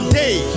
day